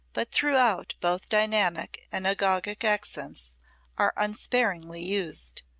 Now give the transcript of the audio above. but throughout both dynamic and agogic accents are unsparingly used,